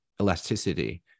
elasticity